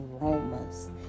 aromas